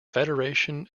federation